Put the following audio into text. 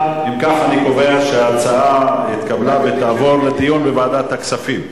אני קובע שההצעה התקבלה ותעבור לדיון בוועדת הכספים.